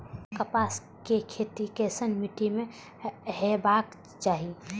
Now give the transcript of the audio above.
कपास के खेती केसन मीट्टी में हेबाक चाही?